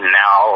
now